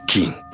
King